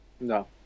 no